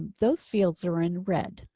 those fields are in red.